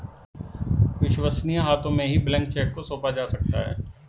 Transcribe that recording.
विश्वसनीय हाथों में ही ब्लैंक चेक को सौंपा जा सकता है